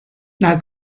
now